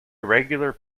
irregular